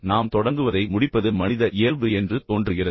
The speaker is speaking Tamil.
நாம் தொடங்குவதை முடிப்பது மனித இயல்பு என்று தோன்றுகிறது